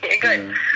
good